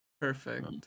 Perfect